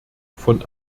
von